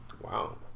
Wow